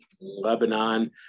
Lebanon